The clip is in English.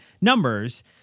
numbers